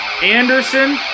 Anderson